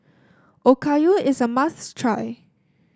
okayu is a must try